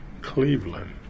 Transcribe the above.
Cleveland